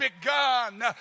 begun